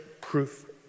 proof